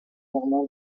germain